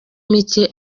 mike